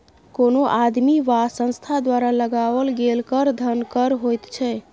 कोनो आदमी वा संस्था द्वारा लगाओल गेल कर धन कर होइत छै